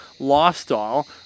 lifestyle